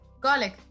Garlic